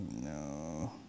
No